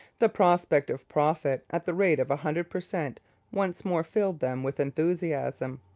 the prospect of profit at the rate of a hundred per cent once more filled them with enthusiasm.